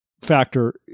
factor